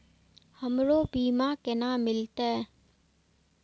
हमरो बीमा केना मिलते?